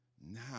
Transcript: now